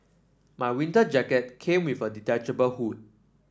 my winter jacket came with a detachable hood